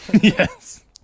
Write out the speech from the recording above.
Yes